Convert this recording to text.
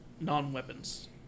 Non-weapons